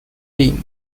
limb